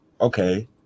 okay